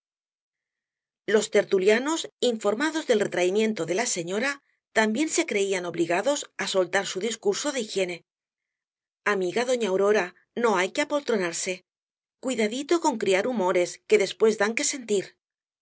los tertulianos informados del retraimiento de la señora también se creían obligados á soltar su discurso de higiene amiga doña aurora no hay que apoltronarse cuidadito con criar humores que después dan que sentir